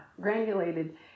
granulated